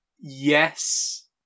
Yes